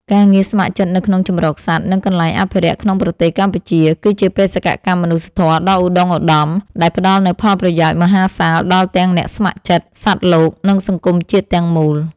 ការងារស្ម័គ្រចិត្តនៅក្នុងជម្រកសត្វ និងកន្លែងអភិរក្សក្នុងប្រទេសកម្ពុជា គឺជាបេសកកម្មមនុស្សធម៌ដ៏ឧត្តុង្គឧត្តមដែលផ្តល់នូវផលប្រយោជន៍មហាសាលដល់ទាំងអ្នកស្ម័គ្រចិត្ត សត្វលោក និងសង្គមជាតិទាំងមូល។